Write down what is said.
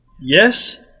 yes